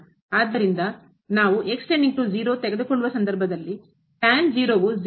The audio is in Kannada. ಆದ್ದರಿಂದ ನಾವು 0 ಮತ್ತು 0